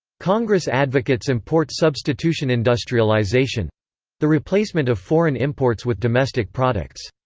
congress advocates import substitution industrialisation the replacement of foreign imports with domestic products.